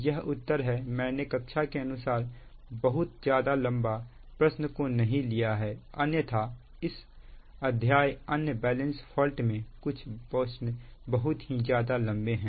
यह उत्तर है मैंने कक्षा के अनुसार बहुत ज्यादा लंबा प्रश्न को नहीं लिया है अन्यथा इस अध्याय अन्य बैलेंस फॉल्ट में कुछ प्रश्न बहुत ही ज्यादा लंबे हैं